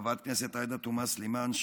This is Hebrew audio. חברת הכנסת עאידה תומא סלימאן,